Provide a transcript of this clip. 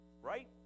right